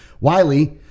Wiley